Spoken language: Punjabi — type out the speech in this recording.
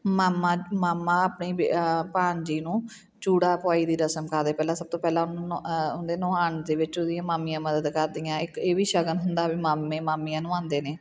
ਮਾਮਾ ਮਾਮਾ ਆਪਣੀ ਭਾਣਜੀ ਨੂੰ ਚੂੜਾ ਪੁਆਈ ਦੀ ਰਸਮ ਕਰਦੇ ਪਹਿਲਾਂ ਸਭ ਤੋਂ ਪਹਿਲਾਂ ਉਹਨੂੰ ਨੁ ਉਹਦੇ ਨੁਆਣ ਦੇ ਵਿੱਚ ਉਹਦੀਆਂ ਮਾਮੀਆਂ ਮਦਦ ਕਰਦੀਆਂ ਇੱਕ ਇਹ ਵੀ ਸ਼ਗਨ ਹੁੰਦਾ ਵੀ ਮਾਮੇ ਮਾਮੀਆਂ ਨੁਆਉਂਦੇ ਨੇ